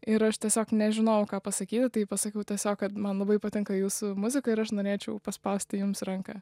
ir aš tiesiog nežinojau ką pasakyti tai pasakiau tiesiog kad man labai patinka jūsų muzika ir aš norėčiau paspausti jums ranką